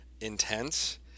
intense